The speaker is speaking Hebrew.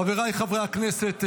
חבריי חברי הכנסת,